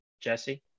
Jesse